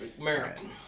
American